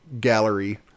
gallery